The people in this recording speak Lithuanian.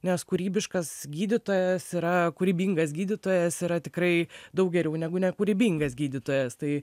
nes kūrybiškas gydytojas yra kūrybingas gydytojas yra tikrai daug geriau negu nekūrybingas gydytojas tai